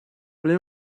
ble